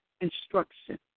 instruction